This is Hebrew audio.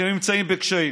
שנמצאים בקשיים.